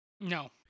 No